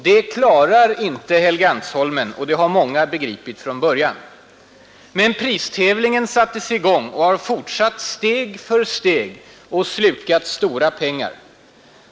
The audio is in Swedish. Detta klarar inte Helgeandsholmen, och det har många begripit från början. Men pristävlingen sattes i gång, och den har fortsatt steg för steg och slukat stora pengar.